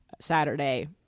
Saturday